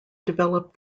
developed